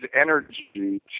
energy